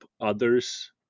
others